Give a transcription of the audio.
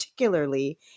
Particularly